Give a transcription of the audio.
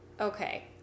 okay